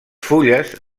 fulles